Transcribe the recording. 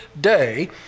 day